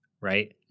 right